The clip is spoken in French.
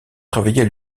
travaillait